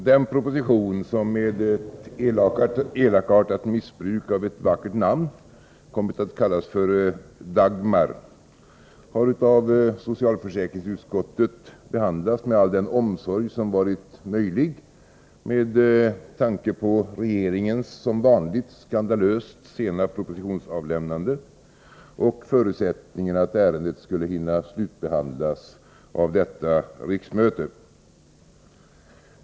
Den proposition som med ett elakartat missbruk av ett vackert namn kommit att kallas för Dagmar har av socialförsäkringsutskottet behandlats med all den omsorg som varit möjlig med tanke på regeringens som vanligt skandalöst sena propositionsavlämnande och förutsättningarna att ärendet skulle hinna slutbehandlas av detta riksmöte.